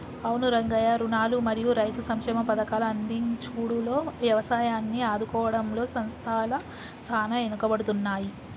అవును రంగయ్య రుణాలు మరియు రైతు సంక్షేమ పథకాల అందించుడులో యవసాయాన్ని ఆదుకోవడంలో సంస్థల సాన ఎనుకబడుతున్నాయి